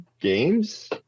games